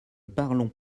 parlons